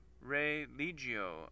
Religio